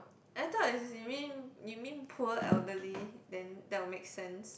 every time as in you mean you mean poor elderly then that would make sense